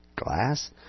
glass